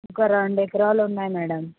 ఒక రెండు ఎకరాలు ఉన్నాయి మ్యాడం